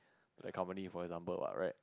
that company for example what right